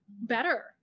better